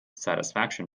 satisfaction